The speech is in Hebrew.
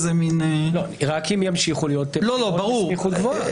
רק אם ימשיכו להיות בחירות בסמיכות גבוהה.